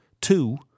Two